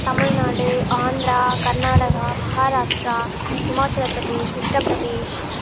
Tamil Nadu Andhra Karnataka Maharashtra Himachal Pradesh Uttar Pradesh